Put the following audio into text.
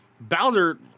Bowser